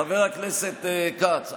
חבר הכנסת כץ,